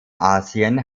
asien